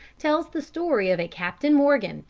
tells the story of a captain morgan,